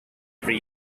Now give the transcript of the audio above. every